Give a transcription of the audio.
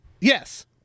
Yes